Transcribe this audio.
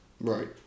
Right